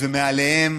ומעליהם